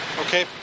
Okay